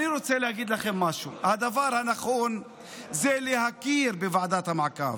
אני רוצה להגיד לכם משהו: הדבר הנכון זה להכיר בוועדת המעקב.